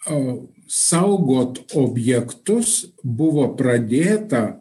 o saugot objektus buvo pradėta